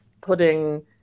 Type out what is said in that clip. putting